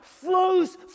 flows